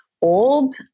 old